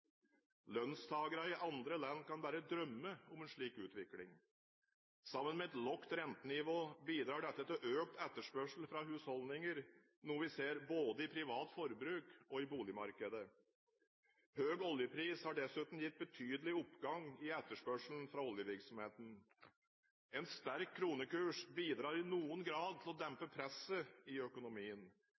Lønnstakere i andre land kan bare drømme om en slik utvikling. Sammen med et lavt rentenivå bidrar dette til økt etterspørsel fra husholdningene, noe vi ser både i privat forbruk og i boligmarkedet. Høy oljepris har dessuten gitt betydelig oppgang i etterspørselen fra oljevirksomheten. En sterk kronekurs bidrar i noen grad til å dempe presset i økonomien.